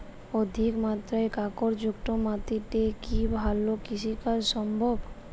অধিকমাত্রায় কাঁকরযুক্ত মাটিতে কি ভালো কৃষিকাজ সম্ভব?